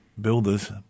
builders